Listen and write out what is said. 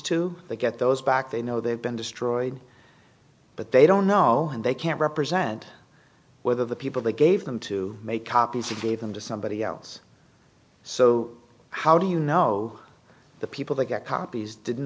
they get those back they know they've been destroyed but they don't know and they can't represent whether the people they gave them to make copies and gave them to somebody else so how do you know the people that get copies didn't